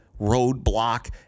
roadblock